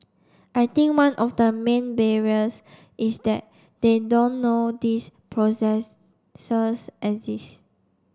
I think one of the main barriers is that they don't know these processes exist